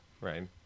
right